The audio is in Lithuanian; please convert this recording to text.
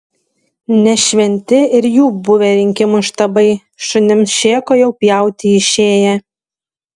ne šventi ir jų buvę rinkimų štabai šunims šėko jau pjauti išėję